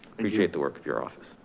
appreciate the work of your office.